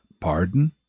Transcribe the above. pardon